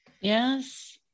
yes